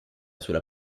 sulla